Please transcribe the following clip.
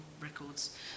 records